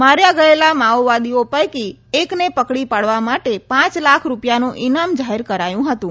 માર્યા ગયેલા માઓવાદીઓ પૈકી એકને પકડી પાડવા માટે પાંચ લાખ રૂપિયાનું ઈનામ જાહેર કરાયું હતું